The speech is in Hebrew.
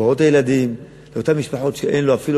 לקצבאות הילדים, לאותן משפחות שאין להן אפילו